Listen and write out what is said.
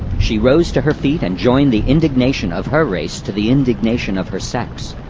she rose to her feet and joined the indignation of her race to the indignation of her sex